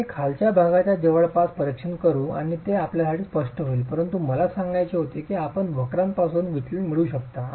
तर आम्ही खालच्या भागाच्या जवळपासचे परीक्षण करू आणि ते आपल्यासाठी स्पष्ट होईल परंतु मला सांगायचे होते की आपण या वक्रांपासून विचलन मिळवू शकता